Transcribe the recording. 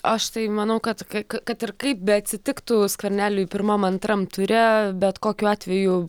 aš tai manau kad ka ka kad ir kaip beatsitiktų skverneliui pirmam antram ture bet kokiu atveju